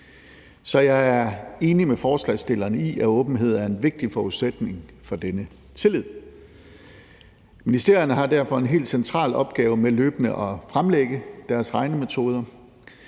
Så jeg er enig med forslagsstillerne i, at åbenhed er en vigtig forudsætning for denne tillid. Ministerierne har derfor en helt central opgave med løbende at fremlægge deres regnemetoder.